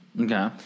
Okay